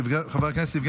חבר הכנסת עודד פורר,